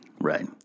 Right